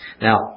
Now